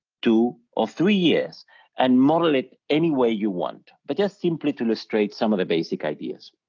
two or three years and model it any way you want. but just simply to illustrate some of the basic ideas,